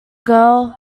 girl